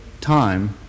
time